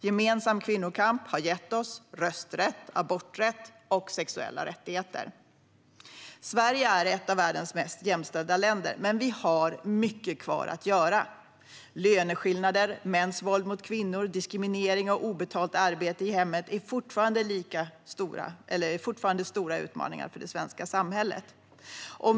Gemensam kvinnokamp har gett oss rösträtt, aborträtt och sexuella rättigheter. Sverige är ett av världens mest jämställda länder, men vi har mycket kvar att göra. Löneskillnader, mäns våld mot kvinnor, diskriminering och obetalt arbete i hemmet är fortfarande stora utmaningar för det svenska samhället.